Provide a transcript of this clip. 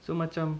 so macam